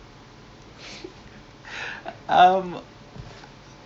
tapi I pun tak tahu so in singapore apa social mission you can solve